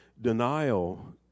denial